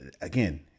Again